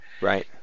Right